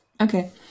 Okay